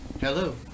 hello